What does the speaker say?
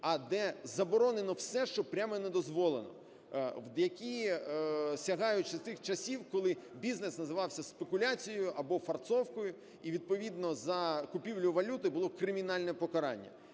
а де заборонено все, що прямо не дозволено, які сягають ще тих часів, коли бізнес називався спекуляцією або фарцовкою, і відповідно за купівлю валюти було кримінальне покарання.